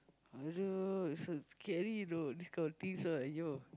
scary you know this kind of things all !aiyo!